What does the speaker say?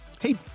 Hey